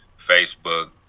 Facebook